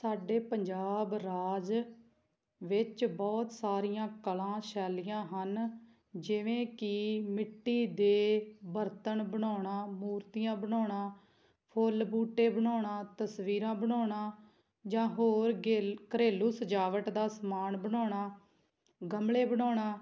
ਸਾਡੇ ਪੰਜਾਬ ਰਾਜ ਵਿੱਚ ਬਹੁਤ ਸਾਰੀਆਂ ਕਲਾ ਸ਼ੈਲੀਆਂ ਹਨ ਜਿਵੇਂ ਕਿ ਮਿੱਟੀ ਦੇ ਬਰਤਨ ਬਣਾਉਣਾ ਮੂਰਤੀਆਂ ਬਣਾਉਣਾ ਫੁੱਲ ਬੂਟੇ ਬਣਾਉਣਾ ਤਸਵੀਰਾਂ ਬਣਾਉਣਾ ਜਾਂ ਹੋਰ ਗੇਲ ਘਰੇਲੂ ਸਜਾਵਟ ਦਾ ਸਮਾਨ ਬਣਾਉਣਾ ਗਮਲੇ ਬਣਾਉਣਾ